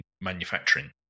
manufacturing